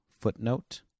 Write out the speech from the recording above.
footnote